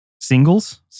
Singles